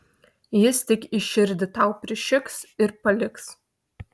jis tik į širdį tau prišiks ir paliks